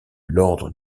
l’ordre